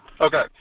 Okay